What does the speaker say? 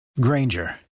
granger